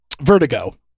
Vertigo